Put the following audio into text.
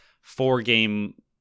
four-game